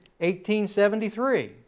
1873